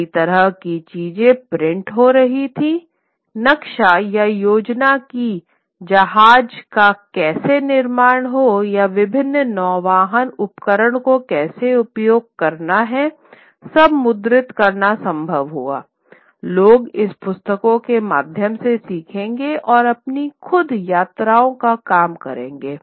नई तरह की चीजें प्रिंट हो रही थीं नक्शा या योजना कि जहाज का कैसे निर्माण हो या विभिन्न नौवहन उपकरण को कैसे उपयोग करना हैं सब मुद्रित करना संभव हुआ लोग इस पुस्तकों के माध्यम से सीखेंगे और अपनी खुद यात्राओं का काम करेंगे